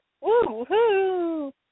Woo-hoo